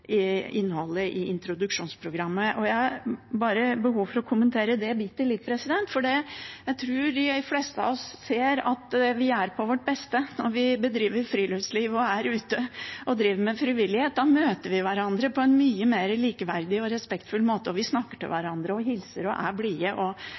for jeg tror de fleste av oss ser at vi er på vårt beste når vi bedriver friluftsliv og er ute og driver med frivillighet. Da møter vi hverandre på en mye mer likeverdig og respektfull måte, og vi snakker til